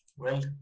well.